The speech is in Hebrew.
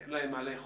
אין מה לאכול,